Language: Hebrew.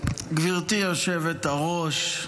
גברתי היושבת-ראש,